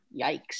yikes